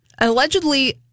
Allegedly